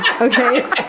Okay